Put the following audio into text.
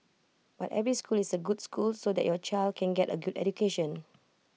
but every school is A good school so that your child can get A good education